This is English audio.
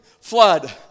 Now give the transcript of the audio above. flood